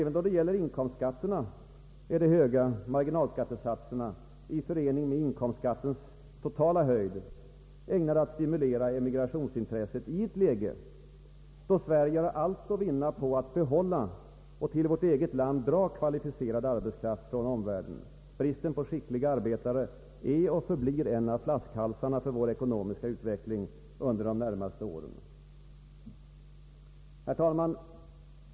även då det gäller inkomstskatterna är de höga marginalskattesatserna i förening med inkomstskattens höjd ägnade att stimulera emigrationsintresset i ett läge då Sverige har allt att vinna på att behålla och till vårt eget land dra kvalificerad arbetskraft från omvärlden, Bristen på skickliga arbetare är och förblir en av flaskhalsarna för vår ekonomiska utveckling under de närmaste åren. Herr talman!